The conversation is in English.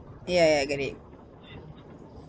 ya ya I get it